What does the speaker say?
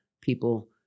people